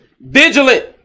Vigilant